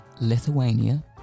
Lithuania